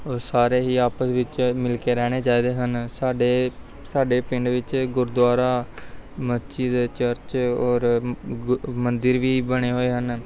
ਸਾਰੇ ਹੀ ਆਪਸ ਵਿੱਚ ਮਿਲ ਕੇ ਰਹਿਣੇ ਚਾਹੀਦੇ ਹਨ ਸਾਡੇ ਸਾਡੇ ਪਿੰਡ ਵਿੱਚ ਗੁਰਦੁਆਰਾ ਮਸਜਿਦ ਚਰਚ ਔਰ ਗੁ ਮੰਦਿਰ ਵੀ ਬਣੇ ਹੋਏ ਹਨ